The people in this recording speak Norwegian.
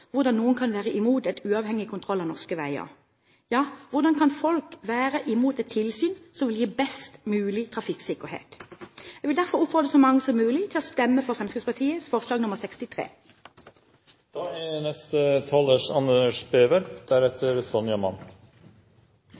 hvordan noen kan være imot uavhengig kontroll av norske veier. Hvordan kan folk være imot et tilsyn som vil gi best mulig trafikksikkerhet? Jeg vil derfor oppfordre så mange som mulig til å stemme for Fremskrittspartiets forslag nr. 63.